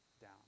down